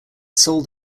sold